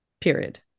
period